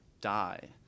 die